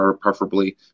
preferably